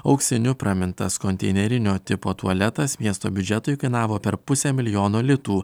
auksiniu pramintas konteinerinio tipo tualetas miesto biudžetui kainavo per pusę milijono litų